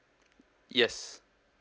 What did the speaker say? yes